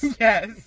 Yes